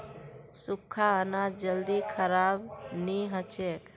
सुख्खा अनाज जल्दी खराब नी हछेक